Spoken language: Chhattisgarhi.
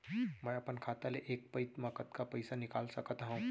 मैं अपन खाता ले एक पइत मा कतका पइसा निकाल सकत हव?